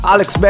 Alex